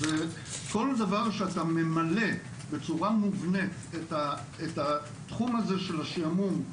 זה כל דבר שאתה ממלא בצורה מובנית את התחום הזה של השעמום,